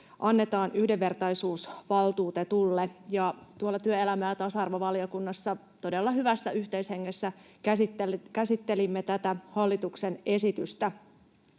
annetaan yhdenvertaisuusvaltuutetulle. Tuolla työelämä- ja tasa-arvovaliokunnassa todella hyvässä yhteishengessä käsittelimme tätä hallituksen esitystä.